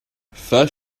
first